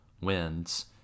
wins